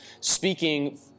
speaking